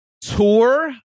tour